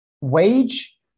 wage